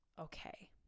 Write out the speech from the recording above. okay